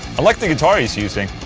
i like the guitar he's using